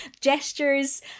gestures